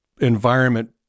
environment